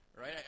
right